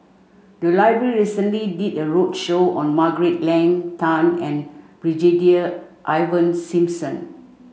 the library recently did a roadshow on Margaret Leng Tan and Brigadier Ivan Simson